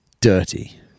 dirty